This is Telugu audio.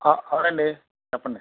అవునండీ చెప్పండి